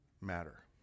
matter